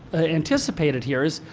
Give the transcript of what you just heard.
anticipate it here is,